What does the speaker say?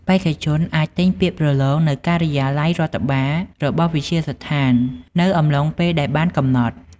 បេក្ខជនអាច ទិញពាក្យប្រឡងនៅការិយាល័យរដ្ឋបាល របស់វិទ្យាស្ថាននៅអំឡុងពេលដែលបានកំណត់។